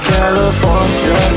California